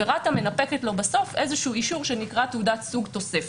ורת"א מנפקת לו בסוף איזה אישור שנקרא "תעודת סוג תוספת".